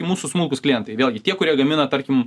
mūsų smulkūs klientai vėlgi tie kurie gamina tarkim